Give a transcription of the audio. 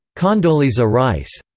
condoleezza rice.